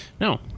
no